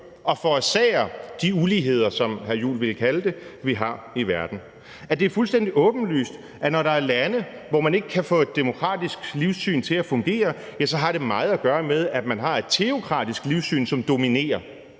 ville kalde det, vi har i verden. Kl. 11:46 Det er fuldstændig åbenlyst, at når der er lande, hvor man ikke kan få et demokratisk livssyn til at fungere, har det meget at gøre med, at man har et teokratisk livssyn, som dominerer.